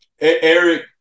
Eric